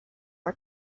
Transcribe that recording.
are